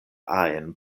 ajn